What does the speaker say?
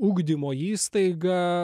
ugdymo įstaigą